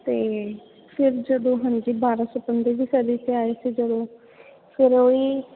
ਅਤੇ ਫਿਰ ਜਦੋਂ ਹਾਂਜੀ ਬਾਰ੍ਹਾਂ ਸੌ ਪੰਦਰਵੀਂ ਸਦੀ 'ਚ ਆਏ ਸੀ ਜਦੋਂ ਫਿਰ ਉਹ ਹੀ